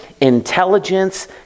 intelligence